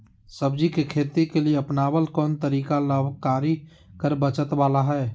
सब्जी के खेती के लिए अपनाबल कोन तरीका लाभकारी कर बचत बाला है?